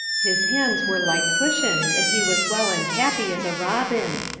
his hands were like cushions, and he was well and happy as a robin.